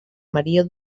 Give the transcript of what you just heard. maria